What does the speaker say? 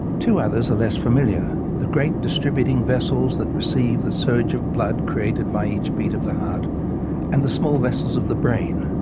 two others are less familiar the great distributing vessels that receive the surge of blood created by each beat of the heart and the small vessels of the brain.